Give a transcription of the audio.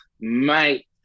mate